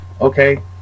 okay